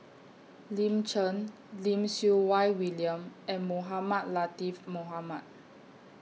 Lin Chen Lim Siew Wai William and Mohamed Latiff Mohamed